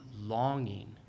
longing